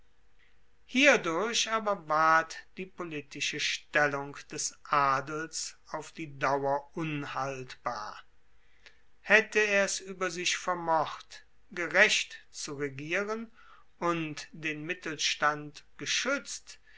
hierdurch aber ward die politische stellung des adels auf die dauer unhaltbar haette er es ueber sich vermocht gerecht zu regieren und den mittelstand geschuetzt